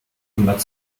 kümmert